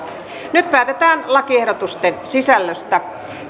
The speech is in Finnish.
nyt päätetään lakiehdotusten sisällöstä